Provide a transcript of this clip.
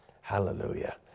Hallelujah